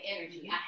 energy